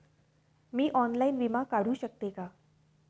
मी online विमा काढू शकते का?